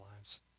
lives